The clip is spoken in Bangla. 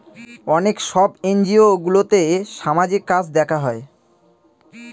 অনেক সব এনজিওগুলোতে সামাজিক কাজ দেখা হয়